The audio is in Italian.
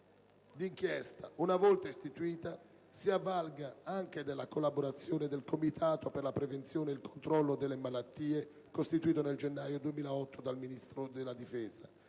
d'inchiesta, una volta istituita, si avvalga anche della collaborazione del Comitato per la prevenzione e il controllo delle malattie costituito nel gennaio 2008 dal Ministro della difesa,